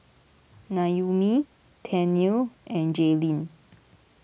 Noemi Tennille and Jaylyn